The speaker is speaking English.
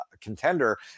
contender